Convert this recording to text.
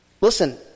Listen